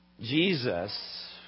Jesus